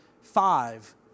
five